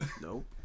Nope